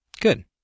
Good